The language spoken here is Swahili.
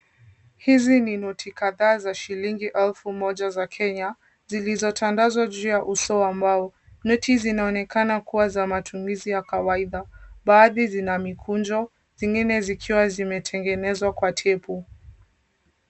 Hizi ni noti kadhaa za shilingi elfu moja za Kenya zilizotandazwa juu ya uso wa mbao. Noti zinaonekana kuwa za matumizi ya kawaida baadhi zina mikunjo, zingine zikiwa zimetengenezwa kwa tepu.